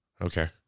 Okay